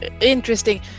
interesting